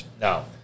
no